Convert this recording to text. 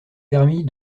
permis